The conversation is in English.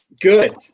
Good